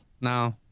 no